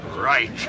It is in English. Right